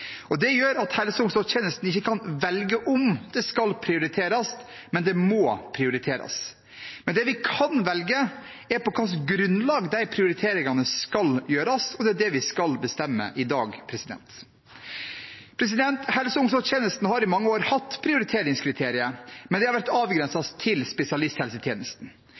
og ønskene overstiger de ressursene som er tilgjengelig. Det gjør at helse- og omsorgstjenesten ikke kan velge om det skal prioriteres, for det må prioriteres. Men det vi kan velge, er på hva slags grunnlag de prioriteringene skal gjøres, og det er det vi skal bestemme i dag. Helse- og omsorgstjenesten har i mange år hatt prioriteringskriterier, men det har vært avgrenset til spesialisthelsetjenesten.